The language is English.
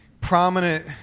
prominent